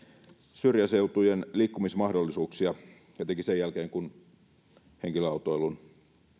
syrjäseutujen liikkumismahdollisuuksia etenkin sen jälkeen kun henkilöautoilu